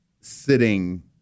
sitting